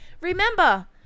Remember